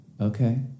Okay